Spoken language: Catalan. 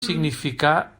significar